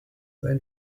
when